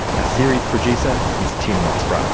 ah series producer is tim roxburgh,